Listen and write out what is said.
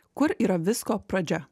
kur yra visko pradžia